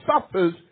suffers